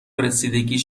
رسیدگی